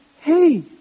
Hey